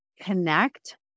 connect